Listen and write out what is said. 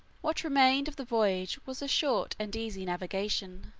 what remained of the voyage was a short and easy navigation.